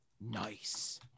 Nice